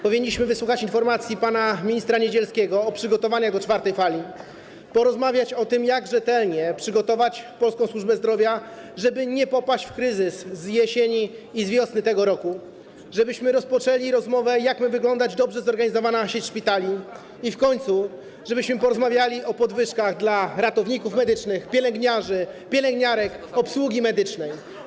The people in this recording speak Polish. Powinniśmy wysłuchać informacji pana ministra Niedzielskiego o przygotowaniach do czwartej fali, porozmawiać o tym, jak rzetelnie przygotować polską służbę zdrowia, żeby nie popaść w kryzys z jesieni i z wiosny tego roku, rozpocząć rozmowę, jak ma wyglądać dobrze zorganizowana sieć szpitali, i w końcu porozmawiać o podwyżkach dla ratowników medycznych, pielęgniarzy, pielęgniarek, obsługi medycznej.